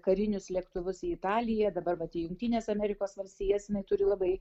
karinius lėktuvus į italiją dabar vat į jungtines amerikos valstijas jinai turi labai